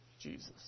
Jesus